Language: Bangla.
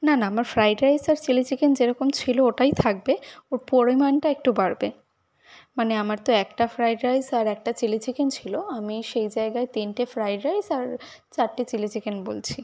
না না আমার ফ্রায়েড রাইস আর চিলি চিকেন যেরকম ছিল ওটাই থাকবে ওর পরিমাণটা একটু বাড়বে মানে আমার তো একটা ফ্রায়েড রাইস আর একটা চিলি চিকেন ছিল আমি সেই জায়গায় তিনটে ফ্রায়েড রাইস আর চারটে চিলি চিকেন বলছি